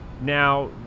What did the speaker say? now